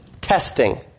testing